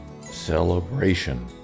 Celebration